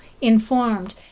informed